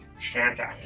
santa.